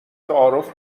تعارف